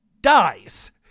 dies